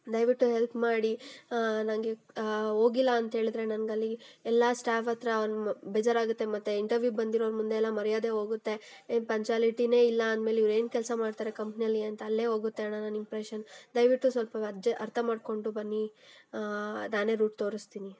ದಯವಿಟ್ಟು ಹೆಲ್ಪ್ ಮಾಡಿ ನನಗೆ ಹೋಗಿಲ್ಲ ಅಂತೇಳದ್ರೆ ನನ್ಗೆ ಅಲ್ಲಿ ಎಲ್ಲ ಸ್ಟಾಫ್ ಹತ್ತಿರ ಬೇಜಾರಾಗತ್ತೆ ಮತ್ತೆ ಇಂಟರ್ವ್ಯೂ ಬಂದಿರೋರು ಮುಂದೆ ಎಲ್ಲ ಮರ್ಯಾದೆ ಹೋಗುತ್ತೆ ಏನು ಪಂಚಾಲಿಟಿನೇ ಇಲ್ಲ ಅಂದಮೇಲೆ ಇವ್ರು ಏನು ಕೆಲಸ ಮಾಡ್ತಾರೆ ಕಂಪ್ನಿಯಲ್ಲಿ ಅಂತ ಅಲ್ಲೇ ಹೋಗುತ್ತೆ ಅಣ್ಣ ನನ್ನ ಇಂಪ್ರೆಷನ್ ದಯವಿಟ್ಟು ಸ್ವಲ್ಪ ಅರ್ ಅರ್ಥ ಮಾಡಿಕೊಂಡು ಬನ್ನಿ ನಾನೇ ರೂಟ್ ತೋರಿಸ್ತೀನಿ